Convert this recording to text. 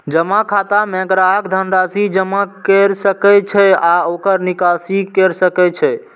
जमा खाता मे ग्राहक धन राशि जमा कैर सकै छै आ ओकर निकासी कैर सकै छै